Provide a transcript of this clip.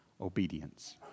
Obedience